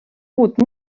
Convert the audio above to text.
uut